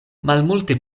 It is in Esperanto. malmulte